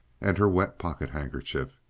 and her wet pocket-handkerchief,